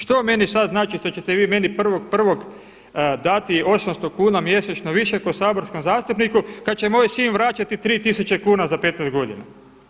Što meni sad znači što ćete vi meni 1.1. dati 800 kuna mjesečno više kao saborskom zastupniku kad će moj sin vraćati 3000 kuna za 15 godina.